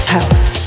House